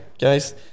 Guys